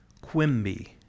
Quimby